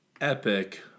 epic